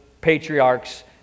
patriarch's